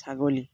ছাগলী